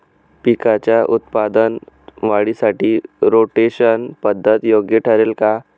पिकाच्या उत्पादन वाढीसाठी रोटेशन पद्धत योग्य ठरेल का?